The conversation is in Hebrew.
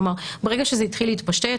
כלומר ברגע שזה התחיל להתפשט,